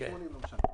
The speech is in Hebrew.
70% למשל.